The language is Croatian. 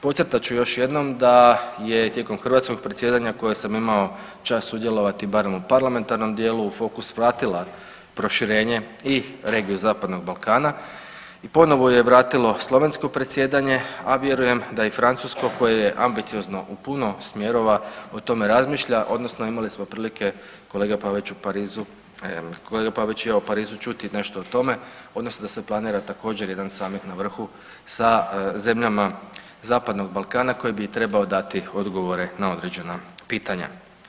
Podcrtat ću još jednom da je tijekom hrvatskog predsjedanja na kojem sam imao čast sudjelovati barem u parlamentarnom dijelu u fokus vratila proširenja i regiju zapadnog Balkana i ponovo je vratilo slovensko predsjedanje, a vjerujem da i francusko koje je ambiciozno u puno smjerova o tome razmišlja odnosno imali smo prilike kolega Pavić u Parizu, kolega Pavić i ja u Parizu čuti nešto o tome odnosno da se planira također jedan samit na vrhu sa zemljama zapadnog Balkana koji bi trebao dati odgovore na određena pitanja.